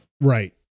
Right